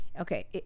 Okay